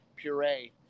Puree